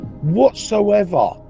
whatsoever